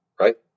Right